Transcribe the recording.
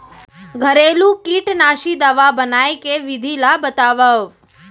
घरेलू कीटनाशी दवा बनाए के विधि ला बतावव?